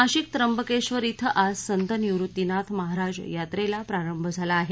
नाशिक त्र्यंबकेश्वर इथं आज संत निवत्तीनाथ महाराज यात्रेला प्रारंभ झाला आहे